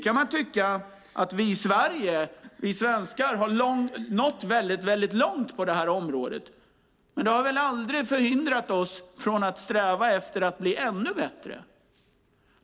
Man kan tycka att vi svenskar har nått väldigt långt på området. Men det har väl aldrig hindrat oss från att sträva efter att bli ännu bättre.